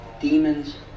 demons